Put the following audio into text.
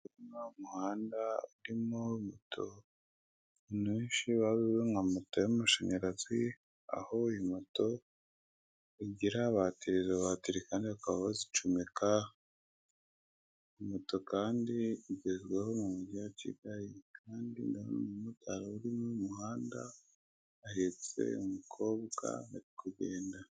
Uno ni umuhanda unyuramo moto nyishi; urimo na moto y'amashanyarazi, aho iyi moto igira batiri, izo batiri kandi bakaba bazicomeka, moto kandi igezweho mu mujyi wa Kigali kandi n'uno mumotari uri mu muhanda ahetse umukobwa bari kugenda.